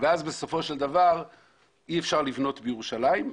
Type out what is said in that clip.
כך שבסופו של דבר אי אפשר לבנות בירושלים.